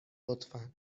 لطفا